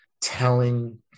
telling